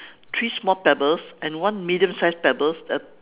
three small pebbles and one medium size pebbles at